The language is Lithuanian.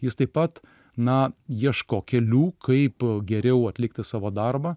jis taip pat na ieško kelių kaip geriau atlikti savo darbą